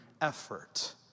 effort